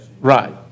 Right